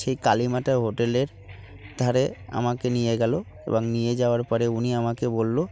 সেই কালীমাতা হোটেলের ধারে আমাকে নিয়ে গেল এবং নিয়ে যাওয়ার পরে উনি আমাকে বলল